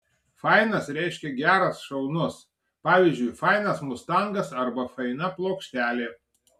fainas reiškia geras šaunus pavyzdžiui fainas mustangas arba faina plokštelė